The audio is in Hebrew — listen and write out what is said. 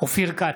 אופיר כץ,